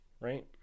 right